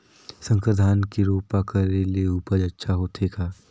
संकर धान के रोपा करे ले उपज अच्छा होथे का?